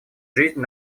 жизнь